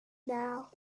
now